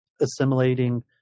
assimilating